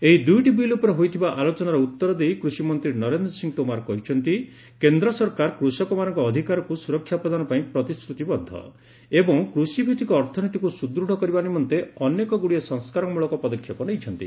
ଏହି ଦୁଇଟି ବିଲ୍ ଉପରେ ହୋଇଥିବା ଆଲୋଚନାର ଉତର ଦେଇ କୃଷିମନ୍ତ୍ରୀ ନରେନ୍ଦ୍ର ସିଂ ତୋମାର କହିଛନ୍ତି କେନ୍ଦ୍ର ସରକାର କୁଷକମାନଙ୍କ ଅଧିକାରକୁ ସୁରକ୍ଷା ପ୍ରଦାନ ପାଇଁ ପ୍ରତିଶୃତିବଦ୍ଧ ଏବଂ କୃଷିଭିତିକ ଅର୍ଥନୀତିକୁ ସୁଦୃଢ କରିବା ନିମନ୍ତେ ଅନେକ ଗୁଡିଏ ସଂସ୍କାରମୂଳକ ପଦକ୍ଷେପ ନେଇଛନ୍ତି